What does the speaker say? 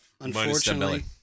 Unfortunately